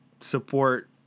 support